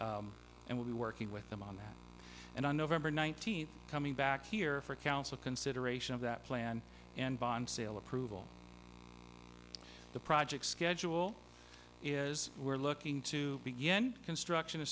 we working with them on that and on november nineteenth coming back here for council consideration of that plan and bond sale approval the project schedule is we're looking to begin construction